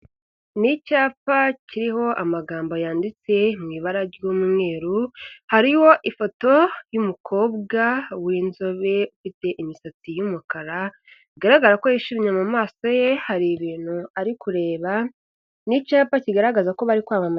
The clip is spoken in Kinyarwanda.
Ni icyapa kiriho amagambo yanditse mu ibara ry'umweru, hariho ifoto y'umukobwa w'inzobe ufite imisatsi y'umukara, bigaragara ko yishimye mu maso ye hari ibintu ari kureba, ni icyapa kigaragaza ko bari kwamamaza.